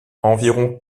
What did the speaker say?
environ